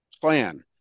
plan